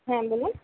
হ্যাঁ বলুন